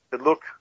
Look